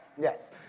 Yes